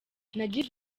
nagize